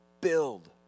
build